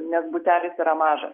nes butelis yra mažas